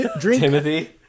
Timothy